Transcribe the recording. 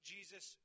Jesus